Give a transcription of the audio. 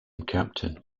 captain